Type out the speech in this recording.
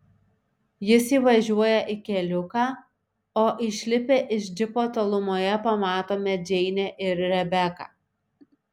jis įvažiuoja į keliuką o išlipę iš džipo tolumoje pamatome džeinę ir rebeką